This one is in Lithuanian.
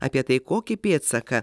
apie tai kokį pėdsaką